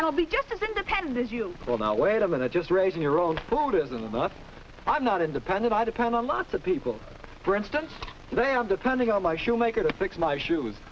as independent as you well now wait a minute just raising your own food isn't enough i'm not independent i depend on lots of people for instance today i'm depending on my show maker to fix my shoes